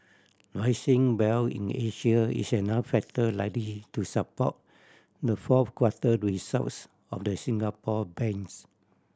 rising wealth in Asia is another factor likely to support the fourth quarter results of the Singapore banks